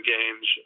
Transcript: Games